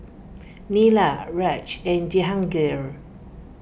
Neila Raj and Jehangirr